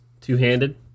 two-handed